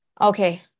Okay